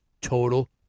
total